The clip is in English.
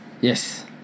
Yes